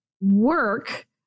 work